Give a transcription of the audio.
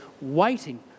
waiting